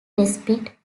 despite